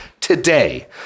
Today